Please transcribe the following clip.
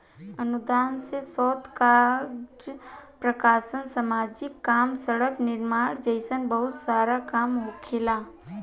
अनुदान से शोध काज प्रकाशन सामाजिक काम सड़क निर्माण जइसन बहुत सारा काम होखेला